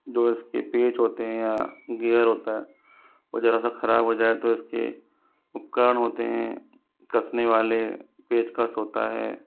जो इसके पेंच होते हैं या गेयर होता है वह जरा सा ख़राब हो जाए तो इसके उपकरण होते हैं कसने वाले पेचकस होता है